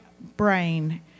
brain